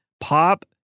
Pop